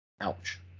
Ouch